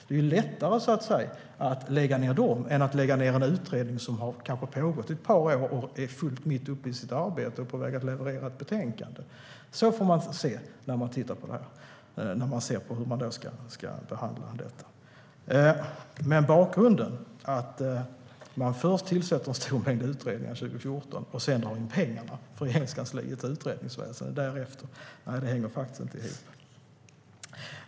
Det är lättare att lägga ned nya utredningar än att lägga ned en utredning som kanske har pågått ett par år, är mitt uppe i sitt arbete och är på väg att leverera ett betänkande. Så får man göra när man ser på hur man ska hantera detta. Att man först tillsatte ett stort antal utredningar 2014 och därefter drog in pengarna för Regeringskansliet för utredningsväsen hänger faktiskt inte ihop.